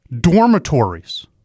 dormitories